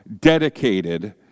dedicated